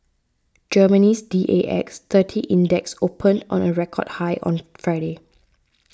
Germany's D A X thirty Index opened on a record high on Friday